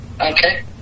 Okay